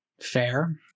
Fair